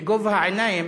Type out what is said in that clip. בגובה העיניים,